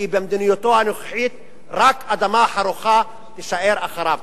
כי במדיניותו הנוכחית רק אדמה חרוכה תישאר אחריו.